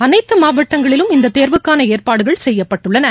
அனைத்துமாவட்டங்களிலும் இந்ததேர்வுகானஏற்பாடுகள் செய்யப்பட்டுள்ளன